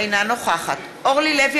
אינה נוכחת אורלי לוי